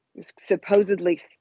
supposedly